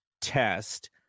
test